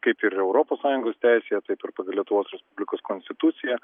kaip ir europos sąjungos teisėje taip ir pagal lietuvos respublikos konstituciją